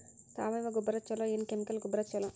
ಸಾವಯವ ಗೊಬ್ಬರ ಛಲೋ ಏನ್ ಕೆಮಿಕಲ್ ಗೊಬ್ಬರ ಛಲೋ?